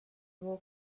war